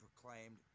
proclaimed